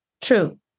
True